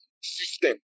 system